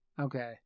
Okay